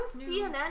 CNN